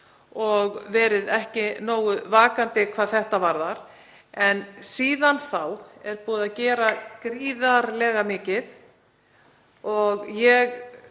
og ekki verið nógu vakandi hvað þetta varðar. Síðan þá er búið að gera gríðarlega mikið og ég